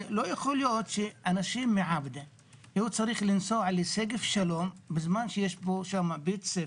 לא יכול להיות שאדם מעבדא צריך לנסוע לשגב שלום בזמן שיש שם בית ספר,